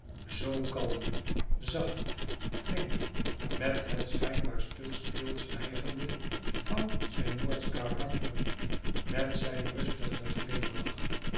zoo kalm zacht flink met het schijnbaar stug stilzwijgende van zijn noordsch karakter met zijn rustigen glimlach